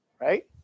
Right